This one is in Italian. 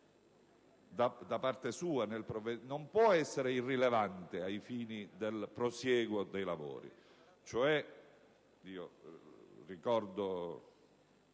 da parte sua non può essere irrilevante ai fini del prosieguo dei lavori.